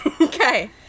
Okay